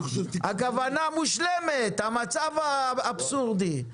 הכוונה מושלמת, המצב אבסורדי.